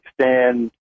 stand